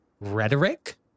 rhetoric